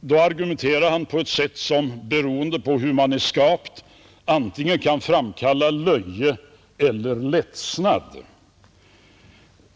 då argumenterar han på ett sätt som — beroende på hur man är skapad — antingen kan framkalla löje eller ledsnad.